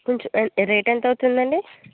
rate ఎంత అవుతుంది అండి